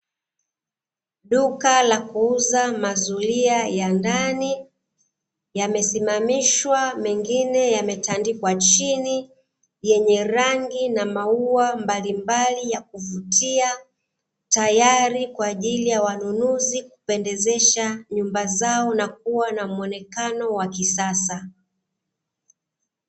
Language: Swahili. Duka la kuuza mazuria ya ndani yamesimamishwa, mengine yametandikwa chini yenye rangi na maua mbalimbali ya kuvutia tayari kwa ajili ya wanunuzi kupendezesha nyumba zao na kuwa na muonekano wa kisasa.